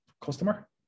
customer